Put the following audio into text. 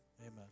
Amen